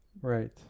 right